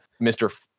Mr